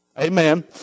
Amen